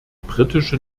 britische